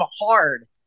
hard